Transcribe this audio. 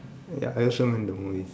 ya I also went the movies